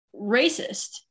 racist